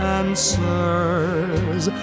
answers